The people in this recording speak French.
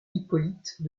hippolyte